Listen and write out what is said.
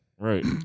Right